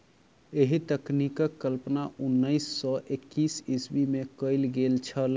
एहि तकनीकक कल्पना उन्नैस सौ एकासी ईस्वीमे कयल गेल छलै